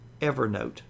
Evernote